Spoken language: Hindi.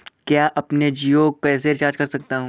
मैं अपने जियो को कैसे रिचार्ज कर सकता हूँ?